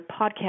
podcast